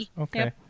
Okay